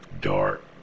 dark